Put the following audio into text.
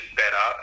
better